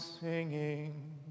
singing